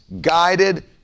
guided